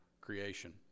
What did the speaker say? creation